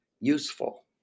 useful